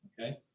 Okay